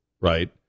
right